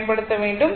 பயன்படுத்த வேண்டும்